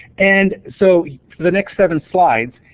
and so the next seven slides,